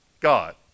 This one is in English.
God